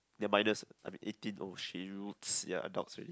they are minors I mean eighteen !oh shoots! ya adults already